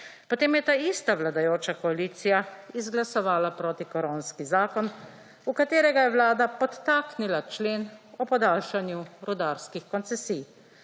Potem je ta ista vladajoča koalicija izglasovala protikoronski zakon v katerega je vlada podtaknila člen o podaljšanju rudarskih koncesij.